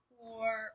four